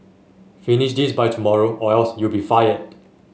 finish this by tomorrow or else you'll be fired